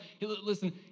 Listen